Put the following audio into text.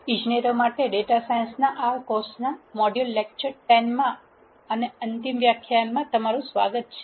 ઇજનેરો માટેના data science કોર્સના R મોડ્યુલના વ્યાખ્યાન 10 અને અંતિમ વ્યાખ્યાનમાં તમારું સ્વાગત છે